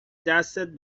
دستت